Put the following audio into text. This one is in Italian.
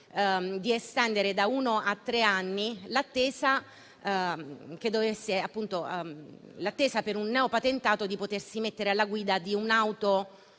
di estendere da uno a tre anni l'attesa per un neopatentato di potersi mettere alla guida di un'auto